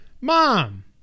Mom